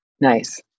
Nice